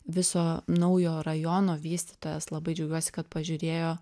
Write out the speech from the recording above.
viso naujo rajono vystytojas labai džiaugiuosi kad pažiūrėjo